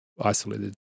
isolated